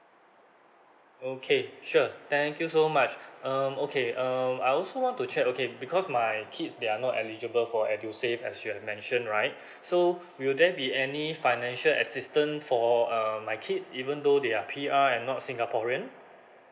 okay sure thank you so much um okay um I also want to check okay because my kids they are not eligible for edusave as you have mentioned right so will there be any financial assistance for um my kids even though they are P_R and not singaporean